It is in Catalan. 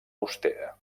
austera